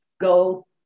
Go